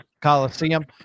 Coliseum